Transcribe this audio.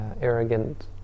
arrogant